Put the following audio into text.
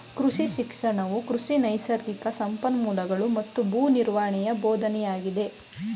ಕೃಷಿ ಶಿಕ್ಷಣವು ಕೃಷಿ ನೈಸರ್ಗಿಕ ಸಂಪನ್ಮೂಲಗಳೂ ಮತ್ತು ಭೂ ನಿರ್ವಹಣೆಯ ಬೋಧನೆಯಾಗಿದೆ